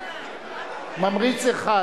ממריץ אחד.